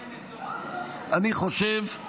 אני חושב,